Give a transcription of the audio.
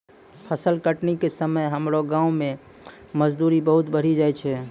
फसल कटनी के समय हमरो गांव मॅ मजदूरी बहुत बढ़ी जाय छै